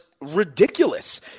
ridiculous